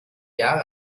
jahre